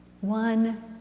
One